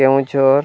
ᱠᱮᱶᱡᱷᱚᱨ